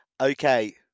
Okay